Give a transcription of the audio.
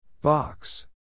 Box